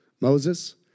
Moses